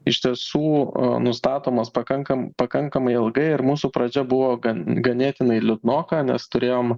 iš tiesų nustatomos pakankam pakankamai ilgai ir mūsų pradžia buvo gan ganėtinai liūdnoka nes turėjom